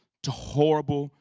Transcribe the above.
to horrible